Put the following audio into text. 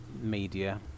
media